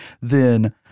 Then-